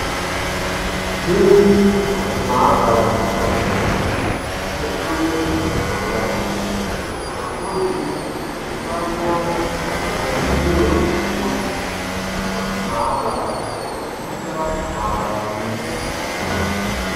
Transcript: Hii ni maabara ya kisasa katika shule ya sekondari. Wanafunzi hufanya majaribio ya uchunguzi wa kimaabara katika maabara hii.